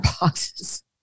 boxes